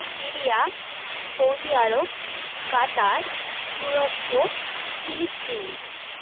Syria Saudi Arab Qatar তুরস্ক ফিলিস্তিন